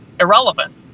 irrelevant